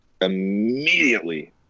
immediately